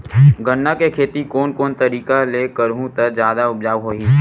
गन्ना के खेती कोन कोन तरीका ले करहु त जादा उपजाऊ होही?